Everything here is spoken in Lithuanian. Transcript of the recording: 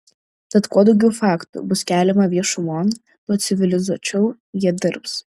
tad kuo daugiau faktų bus keliama viešumon tuo civilizuočiau jie dirbs